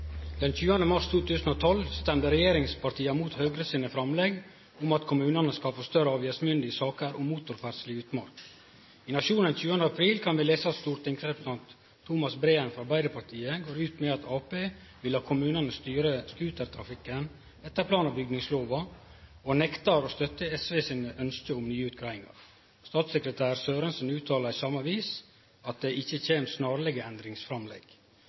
mars 2012 stemde regjeringspartia mot Høgre sine framlegg om at kommunane skal få større avgjerdsmynde i saker om motorferdsle i utmark. I Nationen 20. april kan vi lese at stortingsrepresentant Thomas Breen frå Arbeidarpartiet går ut med at Arbeidarpartiet vil la kommunane styre skutertrafikken etter plan- og bygningslova, og nektar å støtte SV sine ønskje om nye utgreiingar. Statssekretær Sørensen uttalar i same avis at det ikkje kjem snarlege endringsframlegg.